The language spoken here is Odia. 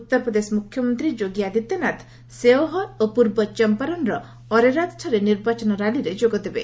ଉତ୍ତରପ୍ରଦେଶ ମୁଖ୍ୟମନ୍ତ୍ରୀ ଯୋଗୀ ଆଦିତ୍ୟନାଥ ସେଓହର ଓ ପୂର୍ବଚମ୍ପାରନ୍ର ଅରେରାକ୍ଠାରେ ନିର୍ବାଚନ ର୍ୟାଲିରେ ଯୋଗଦେବେ